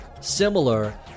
similar